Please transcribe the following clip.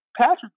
Patrick